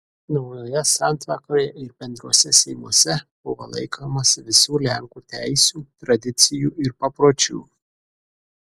naujoje santvarkoje ir bendruose seimuose buvo laikomasi visų lenkų teisių tradicijų ir papročių